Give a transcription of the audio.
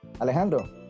Alejandro